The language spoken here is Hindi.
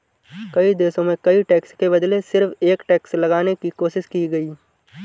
कई देशों में कई टैक्स के बदले सिर्फ एक टैक्स लगाने की कोशिश की गयी